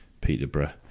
Peterborough